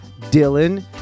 dylan